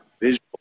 visual